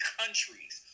countries